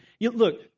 Look